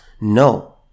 No